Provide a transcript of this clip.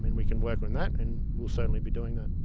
and we can work on that, and we'll certainly be doing that.